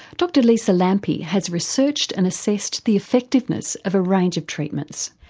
dr lisa lampe has researched and assessed the effectiveness of a range of treatments.